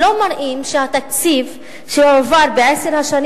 לא מראים שהתקציב שהועבר בעשר השנים